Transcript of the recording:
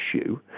issue